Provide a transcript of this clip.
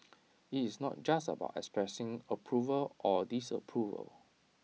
IT is not just about expressing approval or disapproval